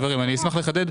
חברים, אני אשמח לחדד.